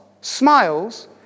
smiles